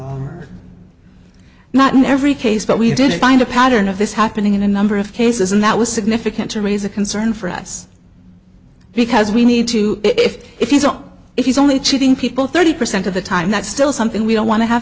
are not in every case but we did find a pattern of this happening in a number of cases and that was significant to me is a concern for us because we need to if if you know if he's only cheating people thirty percent of the time that's still something we don't want to have